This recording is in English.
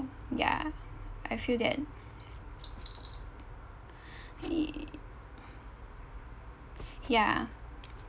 ya I feel that y~ ya